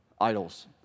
idols